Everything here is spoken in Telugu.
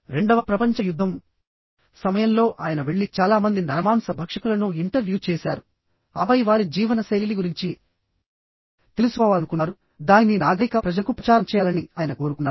రెండవ ప్రపంచ యుద్ధం సమయంలో ఆయన వెళ్లి చాలా మంది నరమాంస భక్షకులను ఇంటర్వ్యూ చేశారుఆపై వారి జీవనశైలి గురించి తెలుసుకోవాలనుకున్నారుదానిని నాగరిక ప్రజలకు ప్రచారం చేయాలని ఆయన కోరుకున్నారు